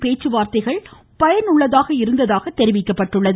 நா பேச்சுவார்த்தைகள் பயனுள்ளதாக இருந்ததாக தெரிவிக்கப்பட்டுள்ளது